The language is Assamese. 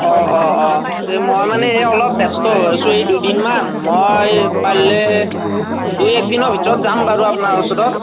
অঁ অঁ অঁ তে মই মানে এই অলপ ব্যস্ত হৈ আছোঁ এই দুদিনমান অঁ এই পাৰিলে দুই একদিনৰ ভিতৰত যাম বাৰু আপোনাৰ ওচৰত